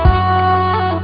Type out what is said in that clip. oh